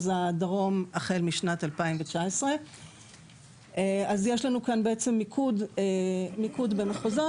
הדרום החל משנת 2019. יש לנו כאן בעצם מיקוד לפי מחוזות.